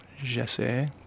j'essaie